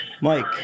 Mike